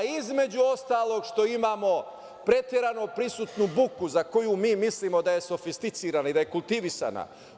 Između ostalog što imamo preterano prisutnu buku za koju mi mislimo da je sofisticirana i da je kultivisana.